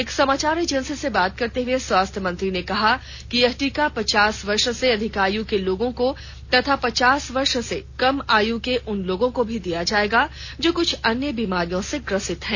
एक समाचार एजेंसी से बात करते हुए स्वास्थ्य मंत्री ने कहा कि यह टीका पचास वर्ष से अधिक आयु के लोगों को तथा पचास वर्ष से कम आयु के उन लोगों को भी दिया जाएगा जो कुछ अन्य बीमारियों से ग्रस्त हैं